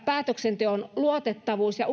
päätöksenteon luotettavuus ja